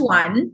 one